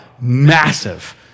massive